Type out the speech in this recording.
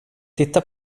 titta